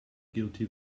guilty